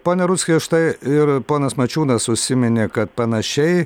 pone rudzki štai ir ponas mačiūnas užsiminė kad panašiai